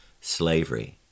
slavery